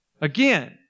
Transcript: Again